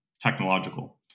technological